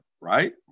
right